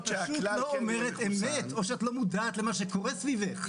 לא אומרת אמת או לא מודעת למה שקורה סביבך.